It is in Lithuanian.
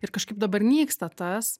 ir kažkaip dabar nyksta tas